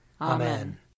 Amen